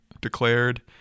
declared